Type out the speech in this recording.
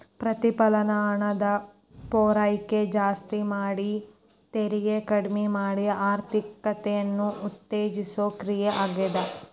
ಪ್ರತಿಫಲನ ಹಣದ ಪೂರೈಕೆ ಜಾಸ್ತಿ ಮಾಡಿ ತೆರಿಗೆ ಕಡ್ಮಿ ಮಾಡಿ ಆರ್ಥಿಕತೆನ ಉತ್ತೇಜಿಸೋ ಕ್ರಿಯೆ ಆಗ್ಯಾದ